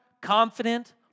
confident